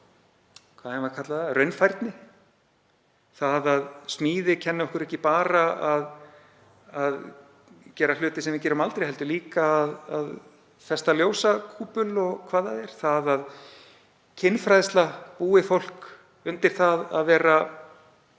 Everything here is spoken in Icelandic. að styrkja ýmiss konar raunfærni. Að smíði kenni okkur ekki bara að gera hluti sem við gerum aldrei heldur líka að festa ljósakúpul og hvað það er, að kynfræðsla búi fólk undir að vera